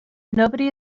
nobody